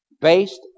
based